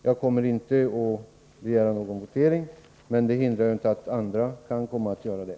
Jag kommer inte att begära votering, men det hindrar inte att andra kan komma att göra det.